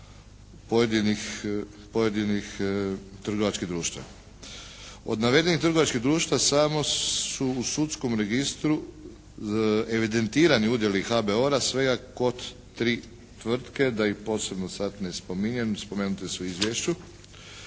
pojedinih trgovačkih društava. Od navedenih trgovačkih društava samo su u sudskom registru evidentirani udjeli HBOR-a sve kod tri tvrtke da ih posebno sada ne spominjem, spomenute su u izvješću